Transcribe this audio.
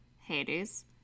Hades